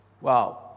Wow